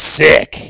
sick